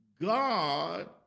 God